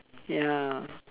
ya